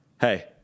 hey